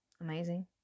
amazing